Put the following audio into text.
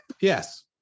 yes